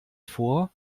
vor